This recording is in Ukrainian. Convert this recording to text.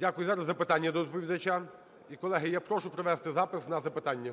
Дякую. Зараз запитання до доповідача. І, колеги, я прошу провести запис на запитання.